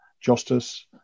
justice